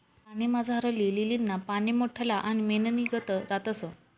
पाणीमझारली लीलीना पाने मोठल्ला आणि मेणनीगत रातस